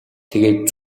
тэгээд